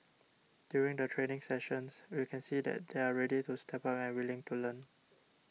during the training sessions we can see that they're ready to step up and willing to learn